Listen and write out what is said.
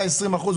היו 20 אחוזים,